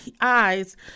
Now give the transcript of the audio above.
eyes